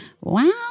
Wow